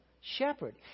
shepherd